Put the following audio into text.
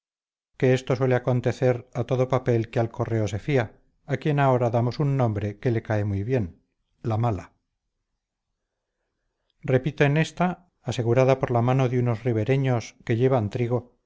que esto suele acontecer a todo papel que al correo se fía a quien ahora damos un nombre que le cae muy bien la mala repito en esta asegurada por la mano de unos ribereños que llevan trigo